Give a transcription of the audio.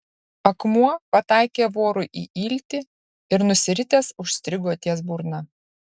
akmuo pataikė vorui į iltį ir nusiritęs užstrigo ties burna